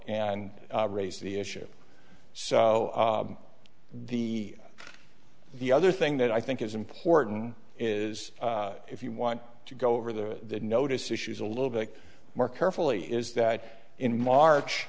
and raised the issue so the the other thing that i think is important is if you want to go over the notice issues a little bit more carefully is that in march